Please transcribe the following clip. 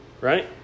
right